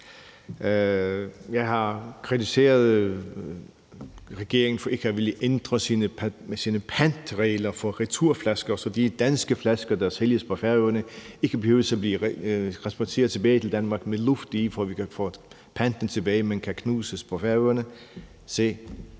Jeg har kritiseret regeringen for ikke at ville ændre sine pantregler for returflasker, så de danske flasker, der sælges på Færøerne, ikke behøver at blive transporteret tilbage til Danmark med luft i, for at vi kan få panten tilbage, men kan knuses på Færøerne. Se,